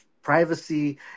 Privacy